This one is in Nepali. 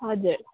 हजुर